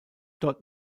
dort